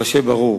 אבל שיהיה ברור: